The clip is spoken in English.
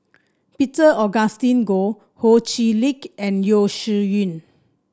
Peter Augustine Goh Ho Chee Lick and Yeo Shih Yun